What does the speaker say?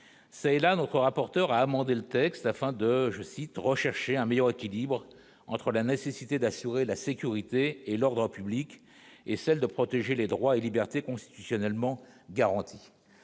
c'est là notre rapporteur a amendé le texte afin de, je cite : rechercher un meilleur équilibre entre la nécessité d'assurer la sécurité et l'ordre public et celle de protéger les droits et libertés constitutionnellement garanti